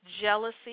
jealousy